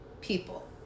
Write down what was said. people